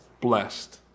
blessed